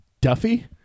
Duffy